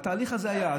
התהליך הזה היה,